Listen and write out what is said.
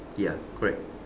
ya correct